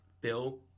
Bill